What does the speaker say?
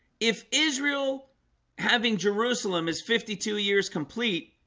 if israel having jerusalem is fifty two years complete